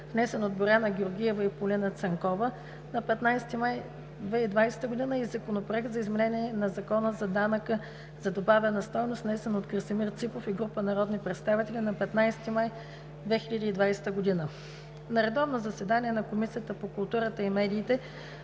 внесен от Боряна Георгиева и Полина Цанкова на 15 май 2020 г. и Законопроект за изменение на Закона за данък върху добавената стойност, внесен от Красимир Ципов и група народни представители на 15 май 2020 г. На редовно заседание на Комисията по културата и медиите,